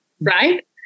right